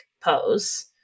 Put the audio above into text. pose